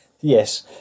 Yes